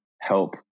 help